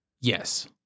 yes